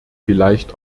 vielleicht